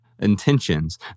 intentions